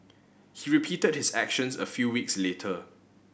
he repeated his actions a few weeks later